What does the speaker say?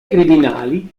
criminali